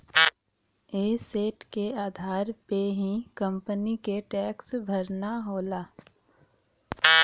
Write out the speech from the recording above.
asset के आधार पे ही कंपनी के टैक्स भरना होला